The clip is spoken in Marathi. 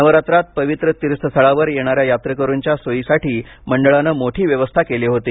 नवरात्रात पवित्र तीर्थस्थळावर येणाऱ्या यात्रेकरूंच्या सोयीसाठी मंडळानं मोठी व्यवस्था केली होती